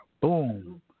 Boom